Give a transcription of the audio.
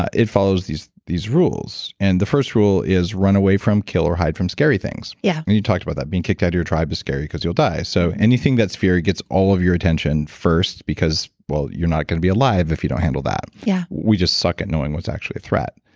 it follows these these rules. and the first rule is run away from, kill or hide from scary things. yeah. you talked about that. being kicked out of your tribe is scary because you'll day. so, anything that's fear gets all of your attention first because, well, you're not going to be alive if you don't handle that. yeah. we just suck at knowing what's actually a threat.